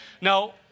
Now